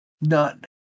none